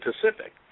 Pacific